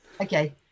Okay